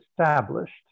established